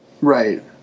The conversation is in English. Right